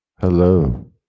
hello